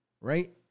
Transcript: right